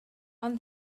ond